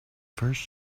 first